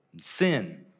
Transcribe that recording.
sin